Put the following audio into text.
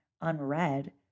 unread